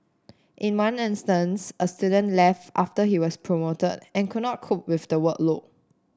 in one instance a student left after he was promoted and could not cope with the workload